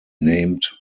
named